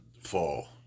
fall